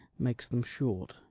makes them short.